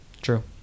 True